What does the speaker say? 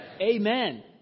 Amen